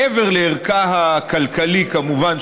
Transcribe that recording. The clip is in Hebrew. מעבר לערכה הכלכלי כמובן,